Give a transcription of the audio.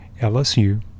LSU